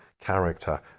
character